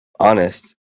Honest